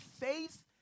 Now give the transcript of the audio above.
faith